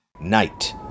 Night